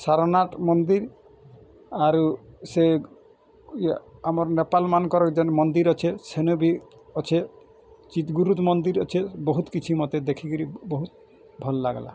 ସାରନାଥ ମନ୍ଦିର୍ ଆରୁ ସେ ୟା ଆମର୍ ନେପାଳମାନଙ୍କର ଯେନ୍ ମନ୍ଦିର୍ ଅଛେ ସେନ ବି ଅଛେ ଚିତଗୁରୁତ୍ ମନ୍ଦିର୍ ଅଛେ ବହୁତ କିଛି ମୋତେ ଦେଖିକିରି ବହୁତ ଭଲ ଲାଗ୍ଲା